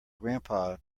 grandpa